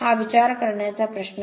हा विचार करण्याचा प्रश्न आहे